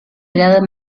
edad